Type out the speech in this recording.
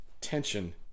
tension